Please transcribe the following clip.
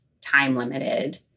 time-limited